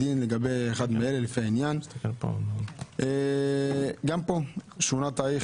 דין לגבי אחד מאלה לפי העניין גם פה שונה התאריך,